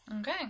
Okay